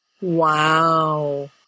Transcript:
Wow